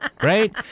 Right